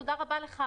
תודה רבה לך,